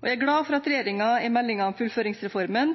Jeg er glad for at regjeringen i meldingen om fullføringsreformen